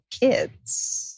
kids